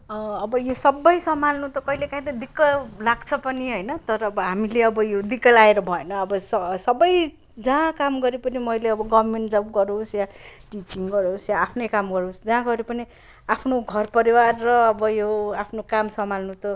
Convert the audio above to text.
अब यो सबै सम्हाल्नु त कहिले काहीँ त दिक्क लाग्छ पनि होइन तर अब हामीले अब यो दिक्क लागेर भएन स सबै जँहा काम गरे पनि मैले अब गगभर्मेन्ट जब गरोस् या टिचिङ गरोस् या आफ्नै काम गरोस् जहाँ गएर पनि आफ्नो घर परिवार र अब यो आफ्नो काम सम्हाल्नु त